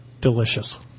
delicious